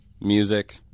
music